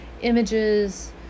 images